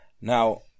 Now